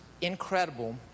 incredible